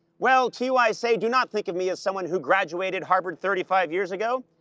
well to you i say, do not think of me as someone who graduated harvard thirty five years ago.